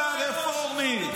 הרפורמי.